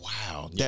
wow